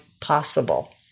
possible